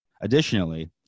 Additionally